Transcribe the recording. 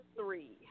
three